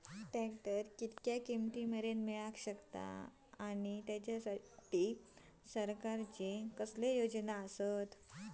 Tractor कितक्या किमती मरेन मेळाक शकता आनी सरकारचे कसले योजना आसत त्याच्याखाती?